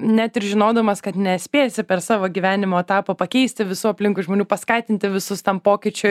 net ir žinodamas kad nespėsi per savo gyvenimo etapą pakeisti visų aplinkui žmonių paskatinti visus tam pokyčiui